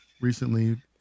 recently